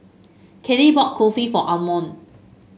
Cade bought Kulfi for Almon